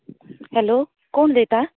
hello कोण उलयता